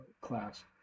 class